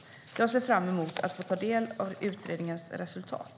Jag ser fram emot att få ta del av utredningens resultat.